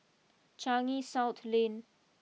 Changi South Lane